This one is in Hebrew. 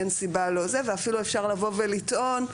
ואפילו אפשר לבוא ולטעון,